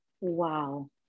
wow